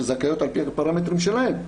שהן זכאויות על פי הפרמטרים שלהם,